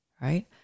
Right